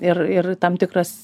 ir ir tam tikras